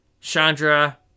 Chandra